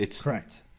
Correct